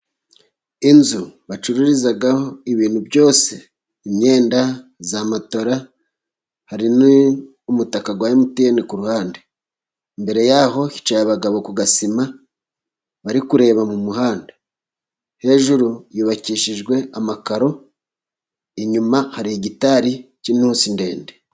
Inzu bacururizaho ibintu byose imyenda ya matela hari umutaka rwa emutiyeni ku ruhande mbere yaho hicaye abagabo ku gasima ,bari kureba mu muhanda hejuru. Yubakishijwe amakaro inyuma hari igitari cy'inusi ndende.